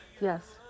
Yes